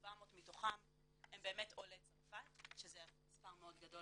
700 מתוכם הם באמת עולי צרפת שזה מספר מאוד גדול